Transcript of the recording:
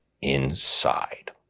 inside